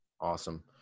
Awesome